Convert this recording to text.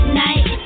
night